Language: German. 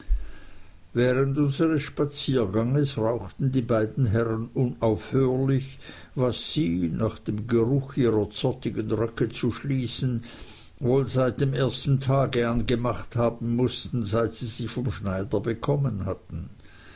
während unseres spazierganges rauchten die beiden herren unaufhörlich was sie nach dem geruch ihrer zottigen röcke zu schließen wohl seit dem ersten tage an gemacht haben mußten seit sie sie vom schneider bekommen hatten